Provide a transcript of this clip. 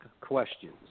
questions